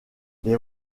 les